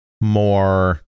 more